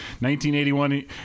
1981